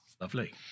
Lovely